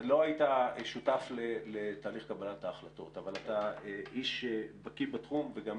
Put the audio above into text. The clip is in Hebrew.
לא היית שותף לתהליך קבלת ההחלטות אבל אתה איש בקי בתחום וגם